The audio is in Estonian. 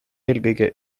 eelkõige